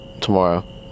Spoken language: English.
tomorrow